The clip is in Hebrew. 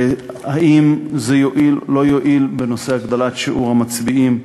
האם זה יועיל או לא יועיל בנושא הגדלת שיעור המצביעים,